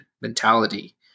mentality